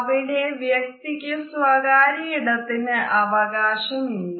അവിടെ വ്യക്തിക്ക് സ്വകാര്യ ഇടത്തിന് അവകാശമില്ല